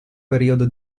periodo